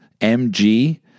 MG